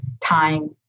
time